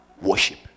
worship